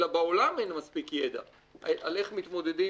אלא בעולם אין מספיק ידע על איך מתמודדים